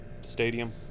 stadium